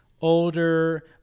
older